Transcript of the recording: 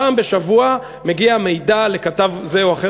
פעם בשבוע מגיע מידע לכתב זה או אחר